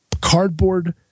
cardboard